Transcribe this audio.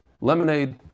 Lemonade